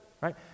right